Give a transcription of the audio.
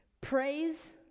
Praise